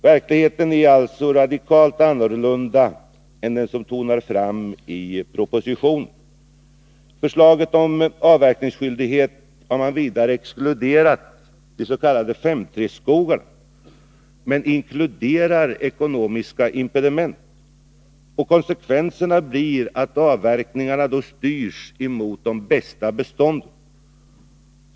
Verkligheten är alltså en radikalt annan än den som tonar fram i propositionen. I förslaget om avverkningsskyldighet har man vidare exkluderat de s.k. 5:3-skogarna men inkluderat ekonomiska impediment. Konsekvenserna blir då att avverkningarna styrs mot de bästa bestånden.